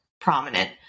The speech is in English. prominent